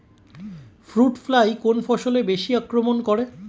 Fruit fly কোন ফসলে বেশি আক্রমন করে?